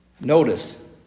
Notice